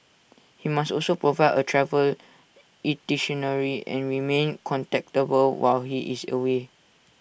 he must also provide A travel and remain contactable while he is away